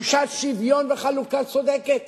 תחושת שוויון וחלוקה צודקת